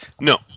No